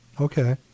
Okay